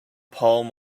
palm